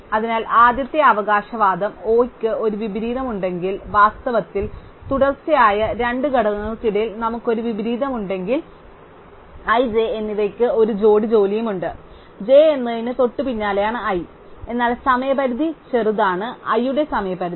അതിനാൽ ആദ്യത്തെ അവകാശവാദം O യ്ക്ക് ഒരു വിപരീതമുണ്ടെങ്കിൽ വാസ്തവത്തിൽ തുടർച്ചയായ രണ്ട് ഘടകങ്ങൾക്കിടയിൽ നമുക്ക് ഒരു വിപരീതമുണ്ടെങ്കിൽ i j എന്നിവയ്ക്ക് ഒരു ജോടി ജോലിയുണ്ട് j എന്നതിന് തൊട്ടുപിന്നാലെയാണ് i എന്നാൽ സമയപരിധി ചെറുതാണ് i യുടെ സമയപരിധി